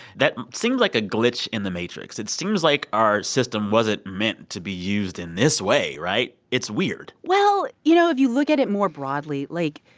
that seems like a glitch in the matrix. it seems like our system wasn't meant to be used in this way, right? it's weird well, you know, if you look at it more broadly, like,